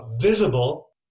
visible